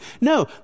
No